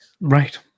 right